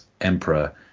Emperor